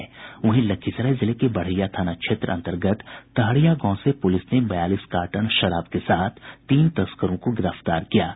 लखीसराय जिले के बड़हिया थाना क्षेत्र अंतर्गत तहरिया गांव से प्रलिस ने बयालीस कार्टन शराब के साथ तीन तस्करों को गिरफ्तार किया है